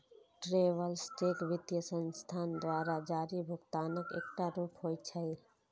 travellers cheque वित्तीय संस्थान द्वारा जारी भुगतानक एकटा रूप होइ छै